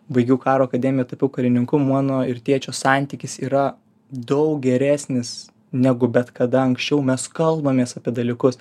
baigiau karo akademiją tapau karininku mano ir tėčio santykis yra daug geresnis negu bet kada anksčiau mes kalbamės apie dalykus